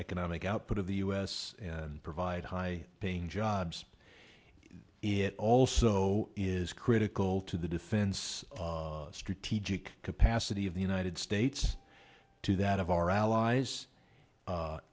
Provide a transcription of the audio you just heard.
economic output of the us and provide high paying jobs it also is critical to the defense strategic capacity of the united states to that of our allies